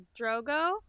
Drogo